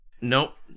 Nope